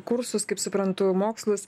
kursus kaip suprantu mokslus